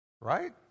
Right